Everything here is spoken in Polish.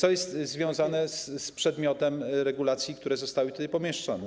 To jest związane z przedmiotem regulacji i zostało tutaj pomieszczone.